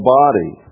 body